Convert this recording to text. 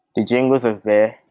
the jingles are there,